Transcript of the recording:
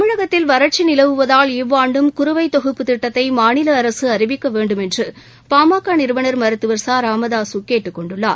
தமிழகத்தில் வறட்சி நிலவுவதால் இவ்வாண்டும் குறுவை தொகுப்புத் திட்டத்தை மாநில அரசு அறிவிக்க வேண்டும் என்று பாமக நிறுவனர் மருத்துவர் ச ராமதாசு கேட்டுக் கொண்டுள்ளார்